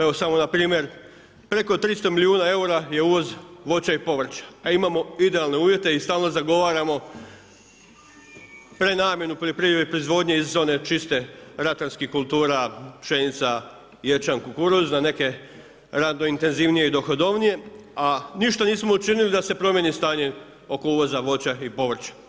Evo samo npr. preko 300 milijuna eura je uvoz voća i povrća, a imamo idealne uvjete i stalno zagovaramo prenamjenu poljoprivredne proizvodnje iz zone čiste ratarskih kultura pšenica, ječam, kukuruz na neke radno intenzivnije i dohodovnije, a ništa nismo učinili da se promijeni stanje oko uvoza voća i povrća.